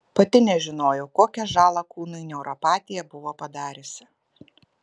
pati nežinojau kokią žalą kūnui neuropatija buvo padariusi